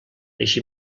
així